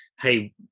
hey